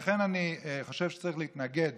לכן אני חושב שצריך להתנגד